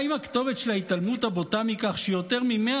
מה עם הכתובת של ההתעלמות הבוטה מכך שיותר מ-100